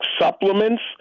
supplements